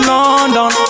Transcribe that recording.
London